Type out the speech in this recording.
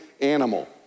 animal